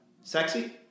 Sexy